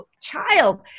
child